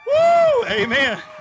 amen